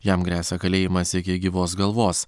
jam gresia kalėjimas iki gyvos galvos